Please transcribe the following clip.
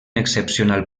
excepcional